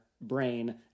brain